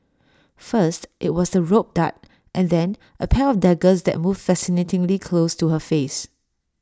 first IT was the rope dart and then A pair of daggers that moved fascinatingly close to her face